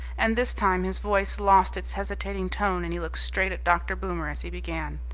and this time his voice lost its hesitating tone and he looked straight at dr. boomer as he began,